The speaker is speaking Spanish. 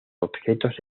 objetos